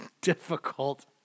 difficult